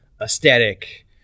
aesthetic